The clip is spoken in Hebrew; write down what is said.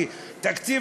כי תקציב,